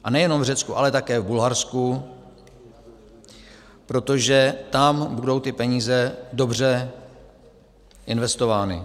A nejenom v Řecku, ale také v Bulharsku, protože tam budou ty peníze dobře investovány.